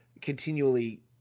continually